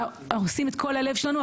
עושים את כל הלב שלנו,